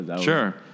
Sure